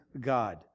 God